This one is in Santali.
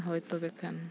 ᱦᱚᱭ ᱛᱚᱵᱮ ᱠᱷᱟᱱ